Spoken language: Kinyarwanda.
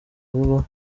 babaho